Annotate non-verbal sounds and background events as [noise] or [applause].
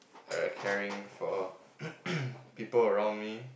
err caring for [noise] people around me